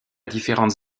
différentes